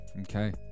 Okay